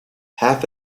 half